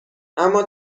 اما